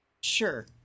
Sure